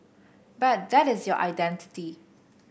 but that is your identity